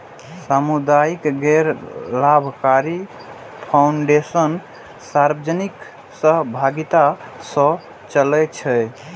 सामुदायिक गैर लाभकारी फाउंडेशन सार्वजनिक सहभागिता सं चलै छै